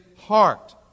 heart